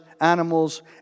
animals